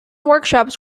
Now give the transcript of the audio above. workshops